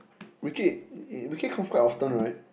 Wee Kiat Wee Kiat comes quite often right